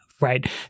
right